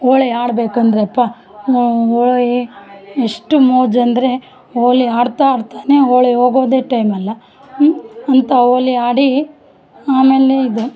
ಹೋಳಿ ಆಡಬೇಕಂದ್ರೆ ಅಪ್ಪ ಹೋಳೀ ಎಷ್ಟು ಮೋಜಂದರೆ ಹೋಳಿ ಆಡ್ತ ಆಡ್ತಾನೆ ಹೋಳಿ ಹೋಗೋದೇ ಟೈಮ್ ಅಲ್ಲ ಅಂತ ಹೋಳಿ ಆಡಿ ಆಮೇಲೆ ಇದು